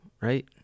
right